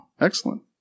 excellent